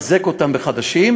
מחזק אותה בחדשים,